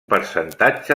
percentatge